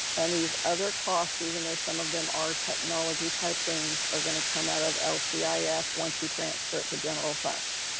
and these other costs, even though some of them are technology type things are gonna come out of lcif ah once you transfer it to general funds?